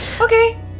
okay